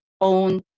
own